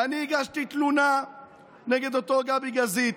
ואני הגשתי תלונה נגד אותו גבי גזית,